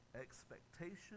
expectation